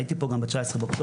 הייתי פה גם ב-19 באוקטובר,